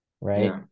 Right